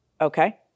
okay